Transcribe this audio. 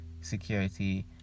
security